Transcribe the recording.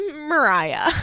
Mariah